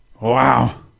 Wow